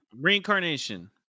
reincarnation